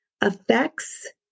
affects